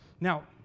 Now